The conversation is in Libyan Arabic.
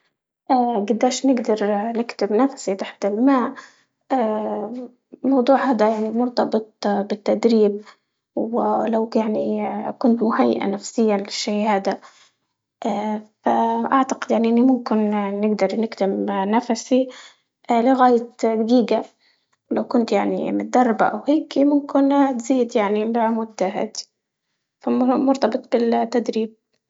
اه قداش نقدر اه نكتب نفس اه الموضوع هذا يعني مرتبط اه بالتدريب ولو يعني اه كنت مهيأ نفسيا للشي هذا اه اعتقد يعني ممكن نقدر نكتم اه ننافر فيه اه لغاية كنت يعني متدربة وهيكي ممكن تزيد يعني العمود مرتبط بالتدريب